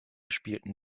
spielten